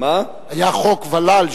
היה חוק ול"ל.